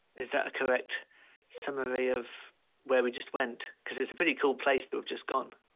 is that a correct summary of where we just went? cause it's a pretty cool place that we've just gone.